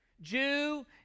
Jew